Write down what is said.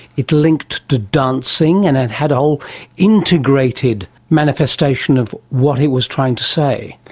it linked to dancing and it had a whole integrated manifestation of what it was trying to say.